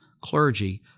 clergy